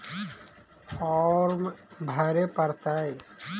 Farm भरे परतय?